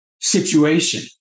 situation